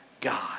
God